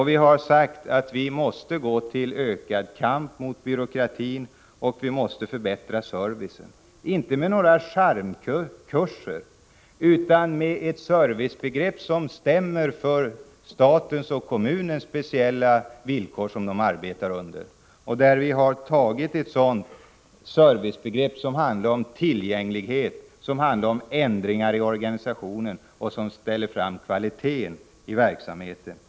Vi har sagt att vi måste gå till äkad kamp mot byråkratin och att vi måste förbättra servicen — inte med några charmkurser utan med ett servicebegrepp som stämmer med de speciella villkor som stat och kommun arbetar under. Det handlar om tillgänglighet, om ändringar i organisationen och kvaliteten i verksamheten.